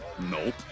Nope